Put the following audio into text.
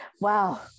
Wow